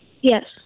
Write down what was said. Yes